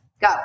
Go